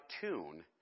tune